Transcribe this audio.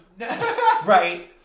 Right